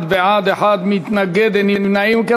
31 בעד, אחד מתנגד, אין נמנעים.